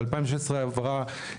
ב-2016 עברה,